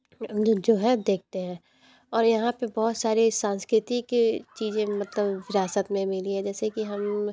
जो है देखते हैं और यहाँ पे बहुत सारे सांस्कृति की चीज़ें मतलब विरासत में मिली है जैसे की हम